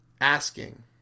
asking